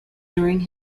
during